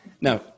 now